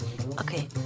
Okay